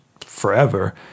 forever